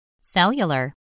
Cellular